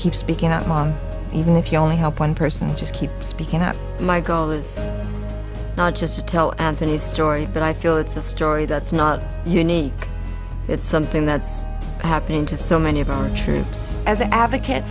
keep speaking out mom even if you only help one person just keep speaking out my goal is not just tell anthony's story but i feel it's a story that's not unique it's something that's happening to so many of our troops as an advocate